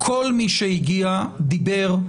כל מי שהגיע דיבר,